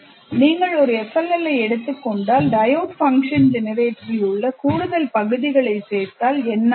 நீங்கள் ஒரு FLL ஐ எடுத்துக் கொண்டால் diode function generatorல் கூடுதல் பகுதிகளைச் சேர்த்தால் என்ன ஆகும்